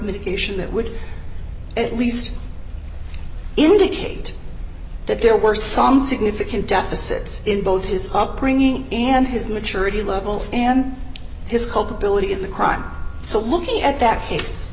medication that would at least indicate that the or worse some significant deficit in both his upbringing and his maturity level and his culpability in the crime so looking at that case